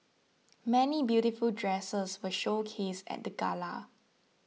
many beautiful dresses were showcased at the gala